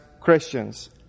Christians